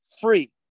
free